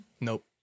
Nope